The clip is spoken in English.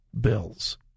bills